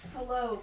Hello